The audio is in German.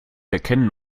erkennen